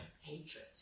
hatred